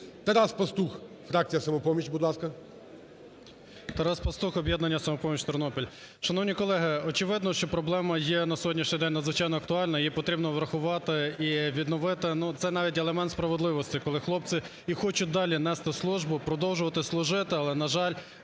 Тарас Пастух, фракція "Самопоміч", будь ласка. 12:43:38 ПАСТУХ Т.Т. Тарас Пастух, "Об'єднання "Самопоміч", Тернопіль. Шановні колеги, очевидно, що проблема є на сьогоднішній день надзвичайно актуальна, її потрібно врахувати і відновити. Ну, це навіть елемент справедливості, коли хлопці і хочуть далі нести службу, продовжувати служити, але, на жаль,